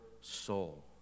soul